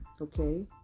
okay